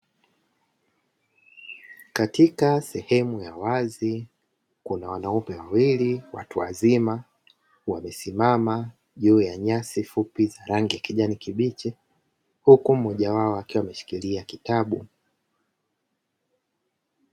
Katika sehemu ya wazi kuna wanaume wawili watu wazima wamesimama juu ya nyasi fupi za rangi kijani kibichi, huku mmoja wao akiwa ameshikilia kitabu.